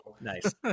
Nice